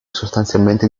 sostanzialmente